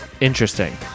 Interesting